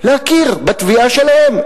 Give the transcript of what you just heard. להכיר בתביעה שלהם.